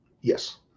yes